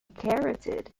carotid